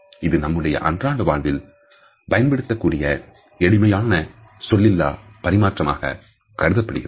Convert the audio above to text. இது நம்முடைய அன்றாட வாழ்வில் பயன்படுத்தக்கூடிய எளிமையான சொல்லிலா பரிமாற்றமாக கருதப்படுகிறது